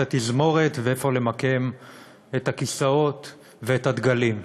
התזמורת ואיפה למקם את הכיסאות ואת הדגלים.